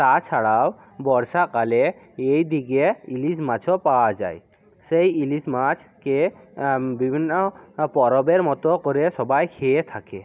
তাছাড়াও বর্ষাকালে এই দিকে ইলিশ মাছও পাওয়া যায় সেই ইলিশ মাছ কে বিভিন্ন পরবের মতো করে সবাই খেয়ে থাকে